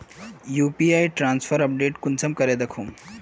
UPI transfer update कुंसम करे दखुम?